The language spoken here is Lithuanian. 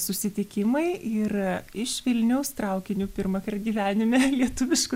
susitikimai ir iš vilniaus traukiniu pirmąkart gyvenime lietuvišku